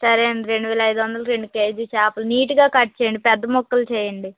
సరే అండి రెండువేల ఐదువందలు రెండు కేజీలు చేపలు నీట్గా కట్ చేయండి పెద్ద ముక్కలు చేయండి